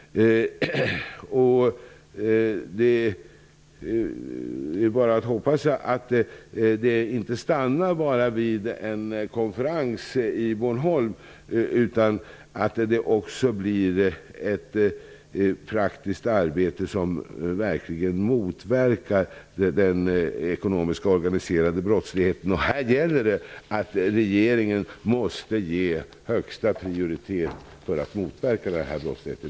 Det är bara att hoppas att det inte stannar vid det utan att det också blir ett praktiskt arbete som verkligen motverkar den ekonomiska och organiserade brottsligheten. Regeringen måste ge högsta prioritet till att motverka denna brottslighet.